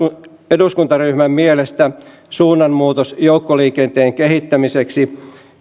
eduskuntaryhmän mielestä suunnanmuutos joukkoliikenteen kehittämiseksi